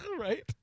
right